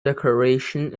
declaration